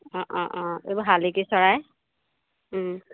অঁ অঁ অঁ এইবোৰ শালিকি চৰাই